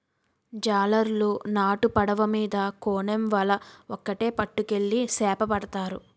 జాలరులు నాటు పడవ మీద కోనేమ్ వల ఒక్కేటి పట్టుకెళ్లి సేపపడతారు